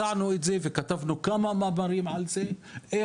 הצענו את זה וכתבנו כמה מאמרים על זה איך